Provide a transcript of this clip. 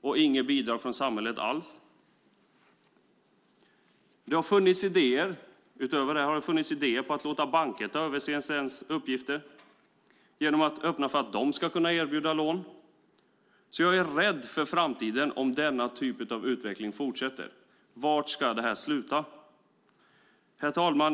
och inget bidrag från samhället alls. Det har dessutom funnits idéer om att låta banker ta över CSN:s uppgifter genom att öppna för att de ska kunna erbjuda lån. Jag är orolig för framtiden om denna utveckling får fortsätta. Var ska det i så fall sluta? Herr talman!